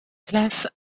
classes